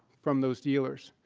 from those dealers.